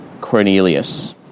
Cornelius